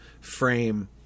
frame